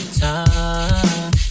time